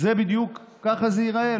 זה בדיוק, ככה זה ייראה.